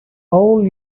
all